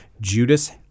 Judas